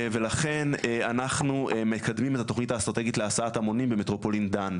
ולכן אנחנו מקדמים את התוכנית האסטרטגית להסעת המונים במטרופולין דן,